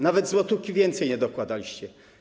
Nawet złotówki więcej nie dołożyliście.